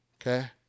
Okay